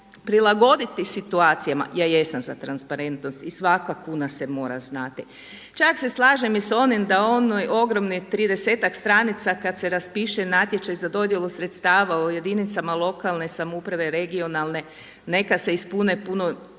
prilagoditi situacijama. Ja jesam za transparentnost i svaka kuna se mora znati. Čak se slažem i sa onim da onih ogromnih 30-ak stranica kada se raspiše natječaj za dodjelu sredstava o jedinicama lokalne samouprave, regionalne neka se ispune, puno